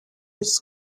its